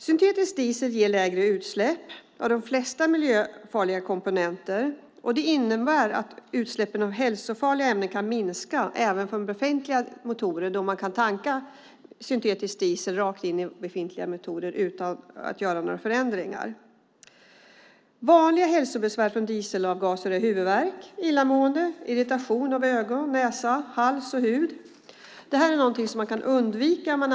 Syntetisk diesel ger lägre utsläpp av de flesta miljöfarliga komponenterna. Det innebär att utsläppen av hälsofarliga ämnen även från befintliga motorer kan minska eftersom syntetisk diesel kan tankas rakt in i befintliga motorer utan att några förändringar behöver göras. Vanliga hälsobesvär från dieselavgaser är huvudvärk, illamående och irritation i ögon och näsa och på hals och hud. Det kan undvikas genom att syntetisk diesel används.